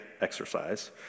exercise